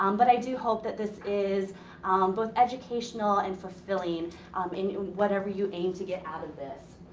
um but i do hope that this is both educational and fulfilling um in whatever you aim to get out of this.